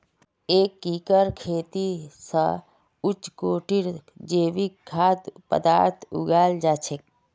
एकीकृत खेती स उच्च कोटिर जैविक खाद्य पद्दार्थ उगाल जा छेक